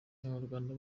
abanyarwanda